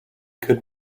could